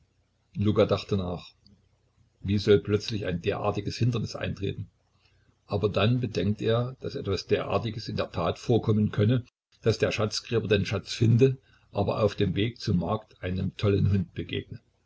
luka dachte nach wie soll plötzlich ein derartiges hindernis eintreten aber dann bedenkt er daß etwas derartiges in der tat vorkommen könne daß der schatzgräber den schatz finde aber auf dem weg zum markte einem tollen hunde begegne